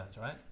right